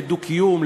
לדו-קיום,